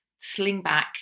slingback